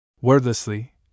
wordlessly